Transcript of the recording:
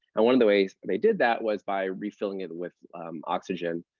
and one of the ways they did that was by refilling it with oxygen.